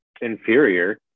inferior